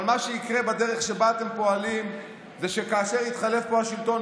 אבל מה שיקרה בדרך שבה אתם פועלים זה שכאשר יתחלף פה השלטון,